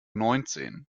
neunzehn